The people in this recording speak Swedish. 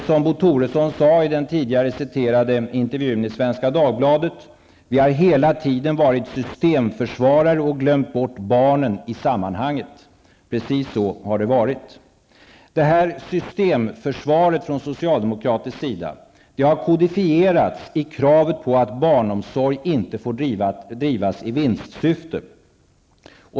Bo Toresson har i tidigare citerade intervju i Svenska Dagbladet sagt: Vi har hela tiden varit systemförsvarare och glömt bort barnen i sammanhanget. Precis så har det varit. Det här systemförsvaret från socialdemokraternas sida har kodifierats i kravet på att barnomsorg inte får drivas i vinstsyfte.